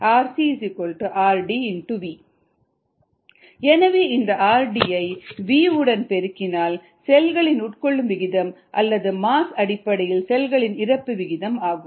𝑟𝑐 𝑟𝑑 V எனவே இந்த rd ஐ V உடன் பெருக்கினால் செல்களின் உட்கொள்ளும் விகிதம் அல்லது மாஸ் அடிப்படையில் செல்களின் இறப்பு விகிதம் ஆகும்